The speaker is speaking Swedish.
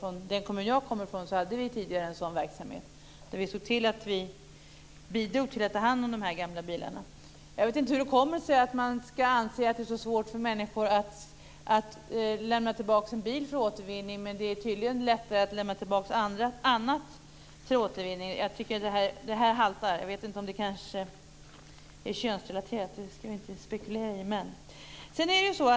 I den kommun jag kommer från hade vi tidigare en sådan verksamhet där vi såg till att bidra till att ta hand om de gamla bilarna. Jag vet inte hur det kommer sig att man ska anse att det är så svårt för människor att lämna tillbaka en bil för återvinning men att det tydligen är lättare att lämna tillbaka annat för återvinning. Detta haltar. Jag vet inte om det är könsrelaterat, men det ska vi inte spekulera i.